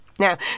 Now